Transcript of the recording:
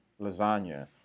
lasagna